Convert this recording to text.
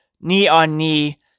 knee-on-knee